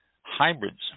hybrids